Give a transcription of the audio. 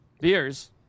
beers